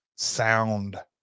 sound